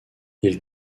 ils